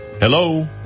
Hello